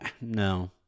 No